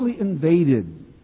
invaded